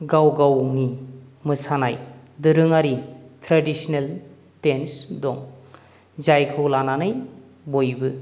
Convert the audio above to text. गाव गावनि मोसानाय दोरोङारि ट्रेडिसनेल देन्स दं जायखौ लानानै बयबो